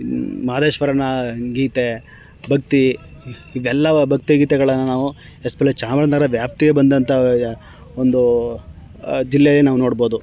ಮಹದೇಶ್ವರನ ಗೀತೆ ಭಕ್ತಿ ಇವೆಲ್ಲ ಭಕ್ತಿ ಗೀತೆಗಳನ್ನು ನಾವು ಎಸ್ಪೆಷಲಿ ಚಾಮರಾಜನಗರ ವ್ಯಾಪ್ತಿಗೆ ಬಂದಂಥ ಒಂದು ಜಿಲ್ಲೆಯನ್ನು ನಾವು ನೋಡ್ಬೋದು